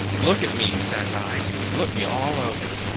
look at me, says i, look me all over.